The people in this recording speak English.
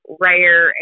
rare